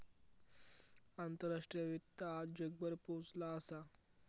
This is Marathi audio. आंतराष्ट्रीय वित्त आज जगभर पोचला असा